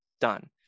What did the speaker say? done